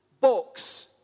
books